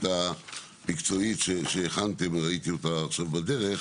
המקצועית שהכנתם וראיתי אותה עכשיו בדרך,